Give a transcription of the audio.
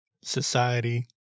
society